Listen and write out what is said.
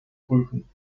prüfen